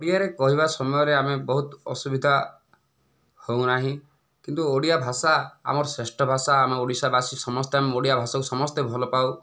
ଓଡ଼ିଆରେ କହିବା ସମୟରେ ଆମେ ବହୁତ ଅସୁବିଧା ହେଉନାହିଁ କିନ୍ତୁ ଓଡ଼ିଆ ଭାଷା ଆମର ଶ୍ରେଷ୍ଠ ଭାଷା ଆମେ ଓଡ଼ିଶା ବାସୀ ସମସ୍ତେ ଆମେ ଓଡ଼ିଆ ଭାଷାକୁ ସମସ୍ତେ ଭଲପାଉ